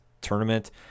tournament